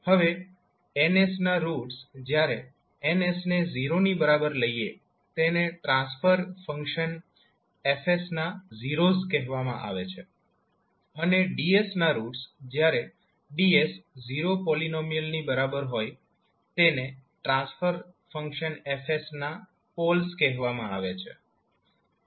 હવે N નાં roots જ્યારે N ને 0 ની બરાબર લઇએ તેને 'ટ્રાન્સફર ફંક્શન F ના ઝીરોસ કહેવામાં આવે છે અને D નાં રૂટ્સ જ્યારે D 0 પોલીનોમિયલ ની બરાબર હોય તેને 'ટ્રાન્સફર ફંક્શન F ના પોલ્સ " કહેવામાં આવે છે